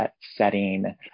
setting